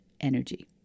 energy